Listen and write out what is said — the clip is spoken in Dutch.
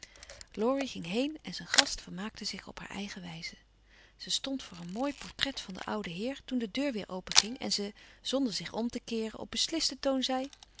laurie ging heen en zijn gast vermaakte zich op haar eigen wijze ze stond voor een mooi portret van den ouden heer toen de deur weer openging en ze zonder zich om te keeren op beslisten toon zei